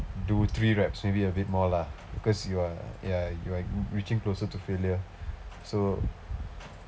do three raps maybe a bit more lah because you are ya you are reaching closer to failure so